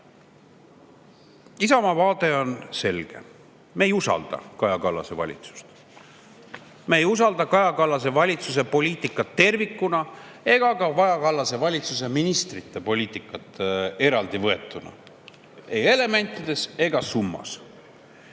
Isamaa vaade on selge: me ei usalda Kaja Kallase valitsust, me ei usalda Kaja Kallase valitsuse poliitikat tervikuna ega ka Kaja Kallase valitsuse ministrite poliitikat eraldi võetuna, ei elementides ega summas.